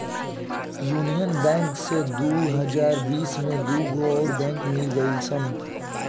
union bank से दू हज़ार बिस में दूगो अउर बैंक मिल गईल सन